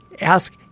ask